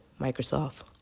Microsoft